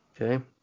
Okay